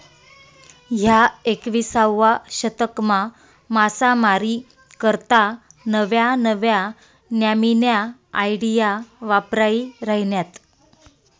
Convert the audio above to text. ह्या एकविसावा शतकमा मासामारी करता नव्या नव्या न्यामीन्या आयडिया वापरायी राहिन्यात